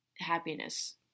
happiness